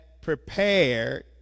prepared